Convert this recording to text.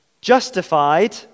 Justified